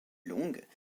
longue